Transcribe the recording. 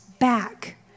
back